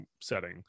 setting